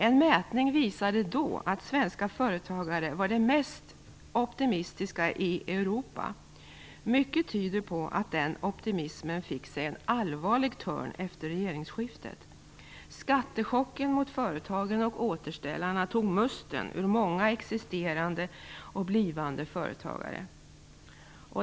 En mätning visade då att svenska företagare var de mest optimistiska i Europa. Mycket tyder på att den optimismen fick sig en allvarlig törn efter regeringsskiftet. Skattechocken mot företagen och återställarna tog musten ur många existerande och blivande företagare.